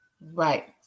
right